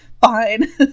Fine